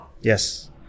Yes